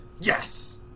Yes